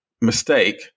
mistake